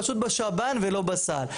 פשוט בשב"ן ולא בסל.